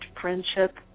friendship